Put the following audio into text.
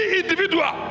individual